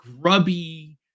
grubby